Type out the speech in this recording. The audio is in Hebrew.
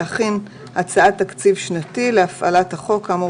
להכין הצעת תקציב שנתי להפעלת החוק כאמור